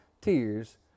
tears